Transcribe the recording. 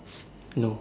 no